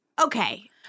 Okay